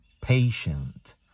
patient